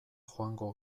joango